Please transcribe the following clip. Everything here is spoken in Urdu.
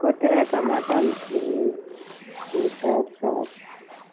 کوئی طرح کا بات اب وچار سوچ